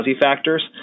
factors